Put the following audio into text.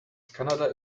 canada